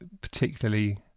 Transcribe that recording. particularly